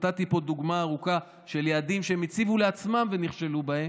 ונתתי פה רשימה ארוכה של יעדים שהם הציבו לעצמם ונכשלו בהם,